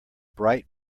bright